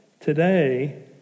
today